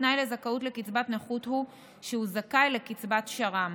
תנאי לזכאות לקצבת נכות הוא שהוא זכאי לקצבת שר"מ,